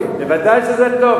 ודאי שזה טוב,